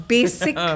Basic